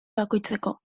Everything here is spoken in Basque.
bakoitzeko